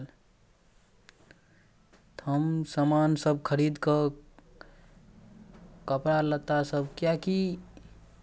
ओकरा फोन कयलहुॅं कहलहुॅं जे अहाँके खराब पैकेज पैकिंगके कारण चश्मा टुटल आयल यऽ हमरा पास